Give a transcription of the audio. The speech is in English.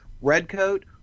Redcoat